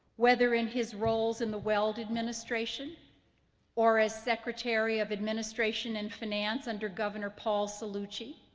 whether in his roles in the weld administration or as secretary of administration and finance under governor paul so cellucci,